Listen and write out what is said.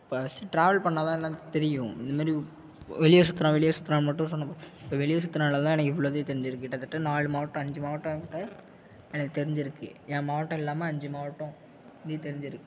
first travel பண்ணிணா தான் இதுலாம் தெரியும் இந்த மாதிரி வெளியே சுத்தறான் வெளிய சுத்தறான் மட்டும் சொன்னால் இப்போ வெளியே சுத்தினதுனால தான் எனக்கு இவ்வளோது தெரிஞ்சிருக்கு கிட்டத்தட்ட நாலு மாவட்டம் அஞ்சு மாவட்டம் கிட்ட எனக்கு தெரிஞ்சிருக்கு என் மாவட்டம் இல்லாமல் அஞ்சு மாவட்டம் அப்படி தெரிஞ்சிருக்கு